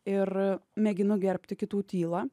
ir mėginu gerbti kitų tylą